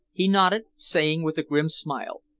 he nodded, saying with a grim smile,